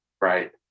Right